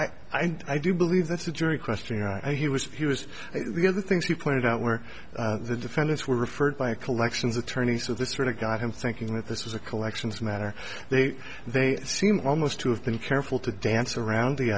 judgment i do believe that's a jury question and i he was he was the other things he pointed out where the defendants were referred by a collections attorney so this sort of got him thinking that this was a collections matter they they seem almost to have been careful to dance around the